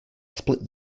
split